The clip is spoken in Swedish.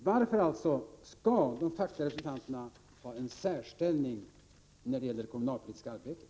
Varför alltså skall de fackliga representanterna ha en särställning i det kommunalpolitiska arbetet?